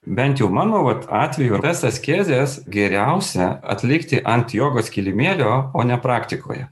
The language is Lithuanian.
bent jau mano vat atveju tas askezes geriausia atlikti ant jogos kilimėlio o ne praktikoje